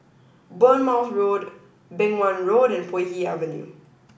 Bournemouth Road Beng Wan Road and Puay Hee Avenue